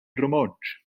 romontsch